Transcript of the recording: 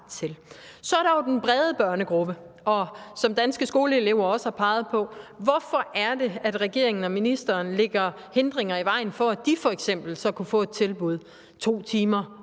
Så er der jo den brede børnegruppe, som Danske Skoleelever også har peget på: Hvorfor er det, at regeringen og ministeren lægger hindringer i vejen for, at de så f.eks. kunne få et tilbud 2 timer